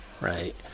right